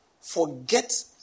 forget